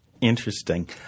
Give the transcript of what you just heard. interesting